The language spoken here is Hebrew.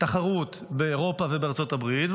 תחרות באירופה ובארצות הברית,